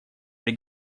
при